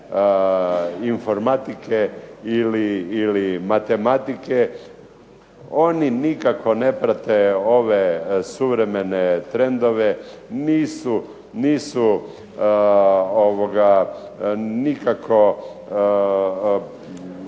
informatike ili matematike, oni nikako ne prate ove suvremene trendove, nisu nikako,